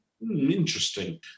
interesting